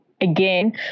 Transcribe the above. again